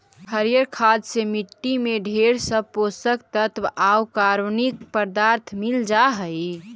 हरियर खाद से मट्टी में ढेर सब पोषक तत्व आउ कार्बनिक पदार्थ मिल जा हई